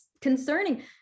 concerning